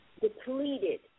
depleted